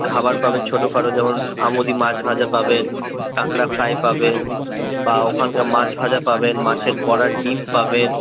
খাবার পাবেন ছোটখাটো যেমন আমুদি মাছ ভাজা পাবেন টাকরা ফ্রাই পাবেন বা ওখানকার মাছ ভাজা পাবেন মাছের বড়ার ডিম পাবেন